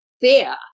fear